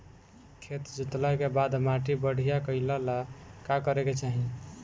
खेत जोतला के बाद माटी बढ़िया कइला ला का करे के चाही?